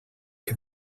que